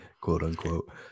quote-unquote